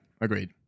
agreed